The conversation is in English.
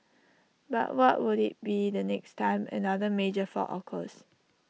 but what would IT be the next time another major fault occurs